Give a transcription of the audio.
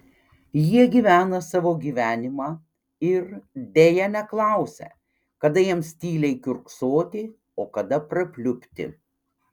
jie gyvena savo gyvenimą ir deja neklausia kada jiems tyliai kiurksoti o kada prapliupti